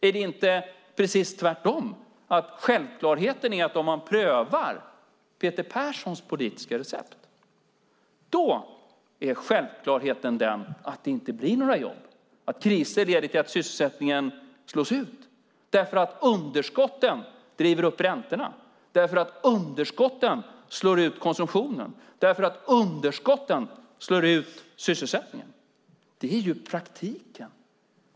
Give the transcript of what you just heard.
Är det inte precis tvärtom, att självklarheten är att det om man prövar Peter Perssons politiska recept inte blir några jobb? Kriser leder till att sysselsättningen slås ut, eftersom underskotten driver upp räntorna, eftersom underskotten slår ut konsumtionen och eftersom underskotten slår ut sysselsättningen. Det är praktiken.